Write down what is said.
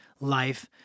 life